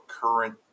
current